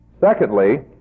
secondly